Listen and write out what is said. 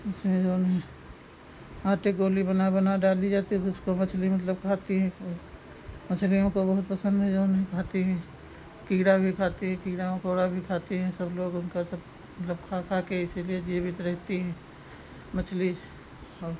उसमें जो है आटे की गोली बना बना डाली जाती है तो उसको मछली मतलब खाती हैं वह मछलियों को बहुत पसंद है जो है खाती हैं कीड़ा भी खाती है कीड़ा मकोड़ा भी खाती हैं सब लोग उनका सब मतलब खा खा कर इसीलिए जीवित रहती हैं मछली और